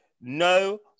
no